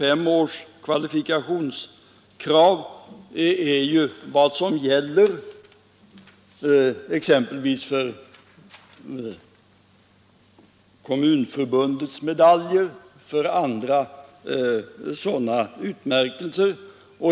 En kvalifikationstid på 25 år är ju vad som gäller exem pelvis för Kommunförbundets medaljer och för andra sådana utmärkelser.